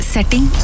Setting